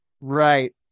Right